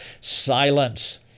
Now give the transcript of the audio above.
Silence